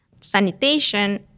sanitation